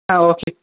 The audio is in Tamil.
ஆ ஓகே